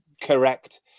correct